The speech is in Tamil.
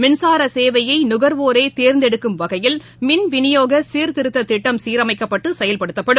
மின்சார சேவையை நகர்வோரே தேர்ந்தெடுக்கும் வகையில் மின் விநியோக சீர்திருத்தத் திட்டம் சீரமைக்கப்பட்டு செயல்படுத்தப்படும்